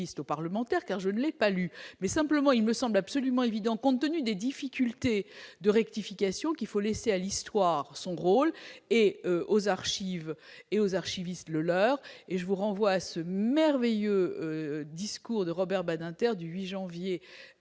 parlementaire car je ne l'ai pas lu mais simplement, il me semble absolument évident compte tenu des difficultés de rectification qu'il faut laisser à l'histoire, son rôle et aux archives et aux archivistes le leur et je vous renvoie à ce merveilleux discours de Robert Badinter du 8 janvier